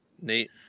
Nate